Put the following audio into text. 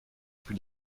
plus